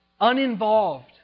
uninvolved